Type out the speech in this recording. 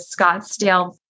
Scottsdale